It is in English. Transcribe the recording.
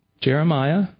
Jeremiah